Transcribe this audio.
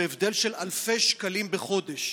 בהבדל של אלפי שקלים בחודש.